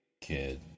kid